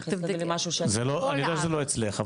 זה לא משהו שאני --- כנראה שזה לא אצלך,